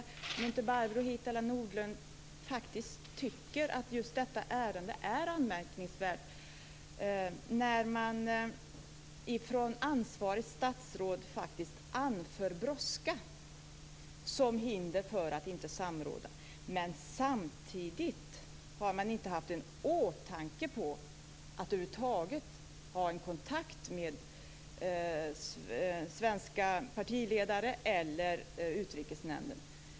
Tycker inte Barbro Hietala Nordlund att just detta ärende är anmärkningsvärt när man från ansvarigt statsråd faktiskt anför brådska som hinder för att inte samråda men samtidigt inte haft en tanke på att över huvud taget ta en kontakt med svenska partiledare eller Utrikesnämnden?